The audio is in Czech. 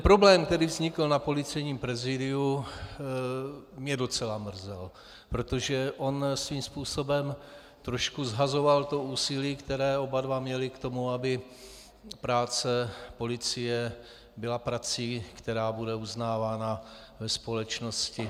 Problém, který vznikl na Policejním prezidiu, mě docela mrzel, protože on svým způsobem trošku shazoval úsilí, které oba dva měli k tomu, aby práce policie byla prací, která bude uznávána ve společnosti.